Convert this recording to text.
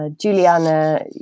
juliana